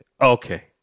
Okay